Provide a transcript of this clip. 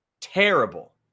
terrible